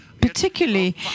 particularly